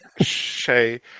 Shay